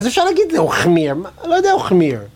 אז אפשר להגיד זה אוכמיר, אני לא יודע אוכמיר.